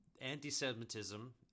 anti-semitism